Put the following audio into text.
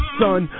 son